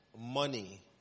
money